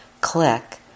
click